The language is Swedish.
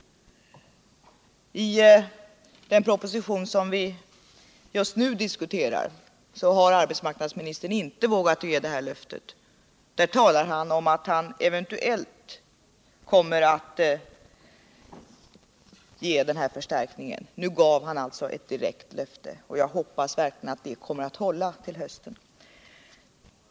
I den proposition som vi just nu diskuterar har arbetsmarknadsministern inte vågat ge detta löfte. Där talar han om att han eventuellt kommer att ge arbetsförmedlingarna denna förstärkning. Nu gav han alltså ett direkt löfte. Jag hoppas verkligen att det kommer att hålla till hösten.